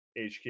HQ